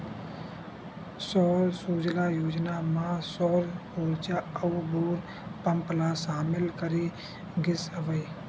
सौर सूजला योजना म सौर उरजा अउ बोर पंप ल सामिल करे गिस हवय